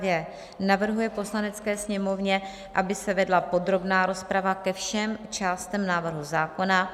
II. navrhuje Poslanecké sněmovně, aby se vedla podrobná rozprava ke všem částem návrhu zákona;